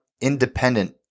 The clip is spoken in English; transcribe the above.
independent